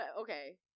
okay